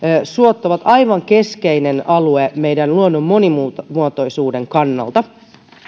suot ovat aivan keskeinen alue meidän luonnon monimuotoisuuden kannalta